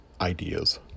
ideas